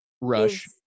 Rush